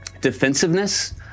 defensiveness